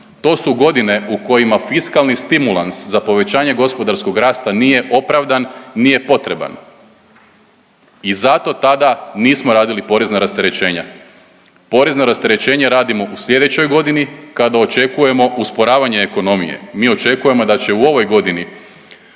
to su godine u kojima fiskalni stimulans za povećanje gospodarskog rasta nije opravdan, nije potreban i zato tada nismo radili porezna rasterećenja. Porezno rasterećenje radimo u sljedećoj kada očekujemo usporavanje ekonomije, mi očekujemo da će u ovoj godini